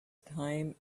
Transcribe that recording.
time